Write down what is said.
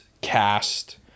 cast